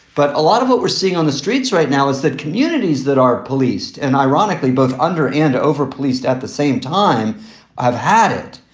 but a lot of what we're seeing on the streets right now is that communities that are policed and ironically, both under and overpoliced at the same time have had it.